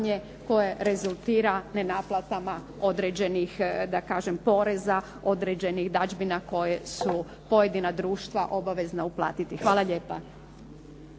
koje rezultira ne naplatama određenih da kažem poreza, određenih dadžbina koje su pojedina društva obaveza uplatiti. Hvala lijepo.